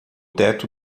teto